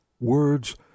words